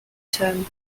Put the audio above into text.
term